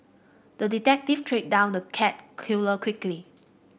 the detective tracked down the cat killer quickly